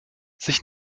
sich